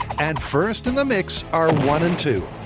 and first in the mix are one and two.